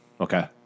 Okay